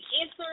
answer